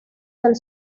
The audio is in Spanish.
del